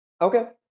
Okay